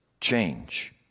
change